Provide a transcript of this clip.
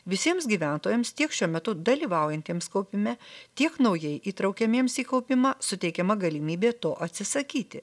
visiems gyventojams tiek šiuo metu dalyvaujantiems kaupime tiek naujai įtraukiamiems į kaupimą suteikiama galimybė to atsisakyti